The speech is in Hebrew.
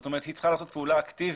זאת אומרת, היא צריכה לעשות פעולה אקטיבית